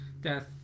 death